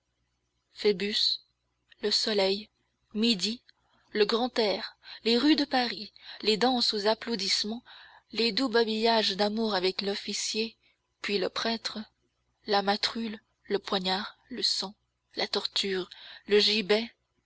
phoebus le soleil midi le grand air les rues de paris les danses aux applaudissements les doux babillages d'amour avec l'officier puis le prêtre la matrulle le poignard le sang la torture le